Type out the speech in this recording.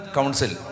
Council